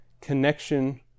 connection